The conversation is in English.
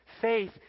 faith